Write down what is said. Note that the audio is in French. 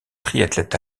triathlète